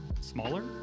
Smaller